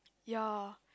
ya